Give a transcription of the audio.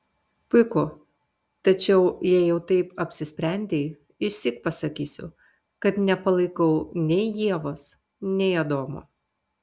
puiku tačiau jei jau taip apsisprendei išsyk pasakysiu kad nepalaikau nei ievos nei adomo